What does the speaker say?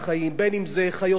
בין אם זה חיות מחמד,